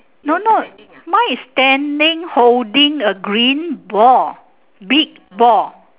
no no mine is standing holding a green ball big ball